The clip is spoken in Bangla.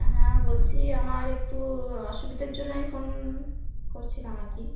হ্যাঁ বলছি আমার একটু অসুবিধার জন্য আমি ফোন করছিলাম আর কি